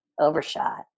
overshot